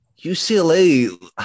UCLA